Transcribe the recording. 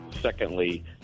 Secondly